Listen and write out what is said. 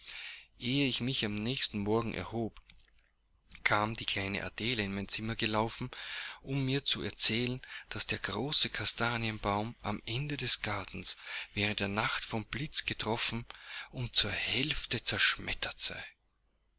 ehe ich mich am nächsten morgen erhob kam die kleine adele in mein zimmer gelaufen um mir zu erzählen daß der große kastanienbaum am ende des gartens während der nacht vom blitz getroffen und zur hälfte zerschmettert sei